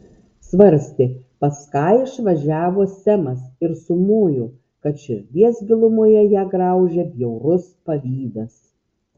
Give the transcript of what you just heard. svarstė pas ką išvažiavo semas ir sumojo kad širdies gilumoje ją graužia bjaurus pavydas